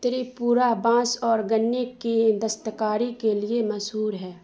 تریپورہ بانس اور گنے کے دستکاری کے لیے مشہور ہے